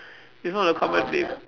call my name